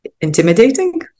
Intimidating